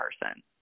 person